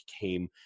came